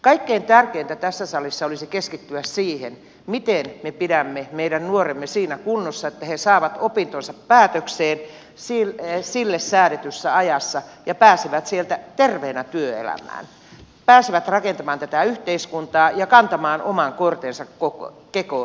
kaikkein tärkeintä tässä salissa olisi keskittyä siihen miten me pidämme meidän nuoremme siinä kunnossa että he saavat opintonsa päätökseen niille säädetyssä ajassa ja pääsevät terveenä työelämään pääsevät rakentamaan tätä yhteiskuntaa ja kantamaan oman kortensa kekoon